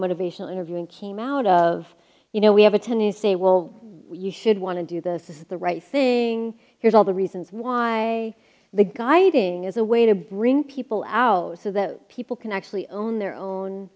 motivational interviewing came out of you know we have a ten you say well you should want to do this is the right thing here's all the reasons why the guy eating is a way to bring people out so that people can actually own their own